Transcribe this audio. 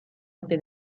ote